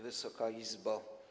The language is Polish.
Wysoka Izbo!